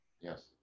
Yes